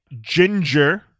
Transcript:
Ginger